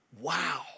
Wow